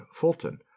Fulton